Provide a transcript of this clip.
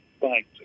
Thanks